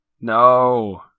no